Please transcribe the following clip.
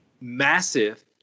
massive